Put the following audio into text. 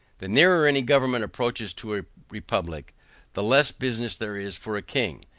the nearer any government approaches to a republic the less business there is for a king.